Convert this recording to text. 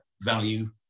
value